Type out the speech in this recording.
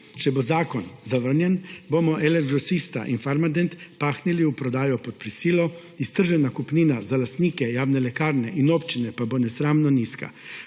Če bo zakon zavrnjen, bomo LL Grosista in Farmadent pahnili v prodajo pod prisilo, iztržena kupnina za lastnike javne lekarne in občine pa bo nesramno nizka.